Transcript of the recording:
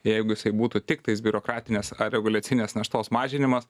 jeigu jisai būtų tiktais biurokratinės ar reguliacinės naštos mažinimas